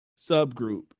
subgroup